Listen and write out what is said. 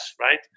right